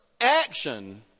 action